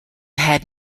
had